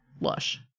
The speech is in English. lush